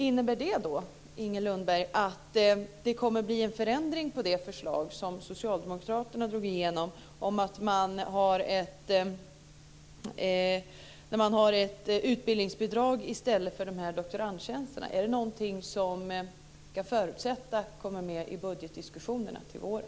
Innebär det då, Inger Lundberg, att det kommer att bli en förändring av det förslag som Socialdemokraterna fick igenom där man har ett utbildningsbidrag i stället för doktorandtjänsterna? Är det något som vi ska förutsätta kommer med i budgetdiskussionerna till våren?